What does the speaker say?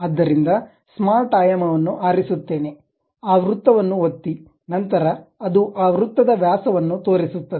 ಆದ್ದರಿಂದ ಸ್ಮಾರ್ಟ್ ಆಯಾಮ ಅನ್ನು ಆರಿಸುತ್ತೇನೆ ಆ ವೃತ್ತವನ್ನು ಒತ್ತಿ ನಂತರ ಅದು ಆ ವೃತ್ತದ ವ್ಯಾಸವನ್ನು ತೋರಿಸುತ್ತದೆ